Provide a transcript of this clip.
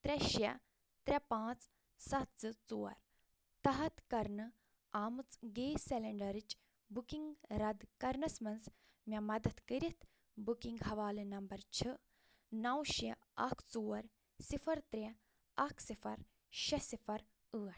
ترٛےٚ شےٚ ترٛےٚ پانٛژھ ستھ زٕ ژور تحت کرنہٕ آمٕژھ گیس سلیٚنڈرٕچ بُکنٛگ رد کرنَس منٛز مےٚ مدد کٔرتھ بُکنٛگ حوالہٕ نمبر چھُ نَو شےٚ اکھ ژور صفر ترٛےٚ اکھ صفر شےٚ صفر ٲٹھ